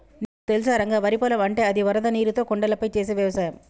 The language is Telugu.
నీకు తెలుసా రంగ వరి పొలం అంటే అది వరద నీరుతో కొండలపై చేసే వ్యవసాయం